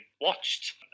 watched